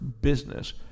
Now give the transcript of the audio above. business